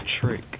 Trick